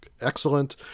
excellent